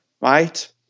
right